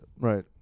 Right